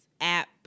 app